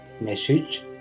message